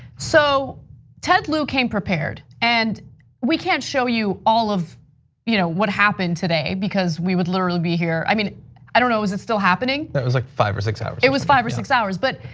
so ted lieu came prepared, and we can't show you all of you know what happened today because we would literally be here, i mean i don't know. was it still happening? it was like five or six hours, yeah. it was five or six hours, but